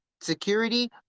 security